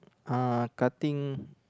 uh cutting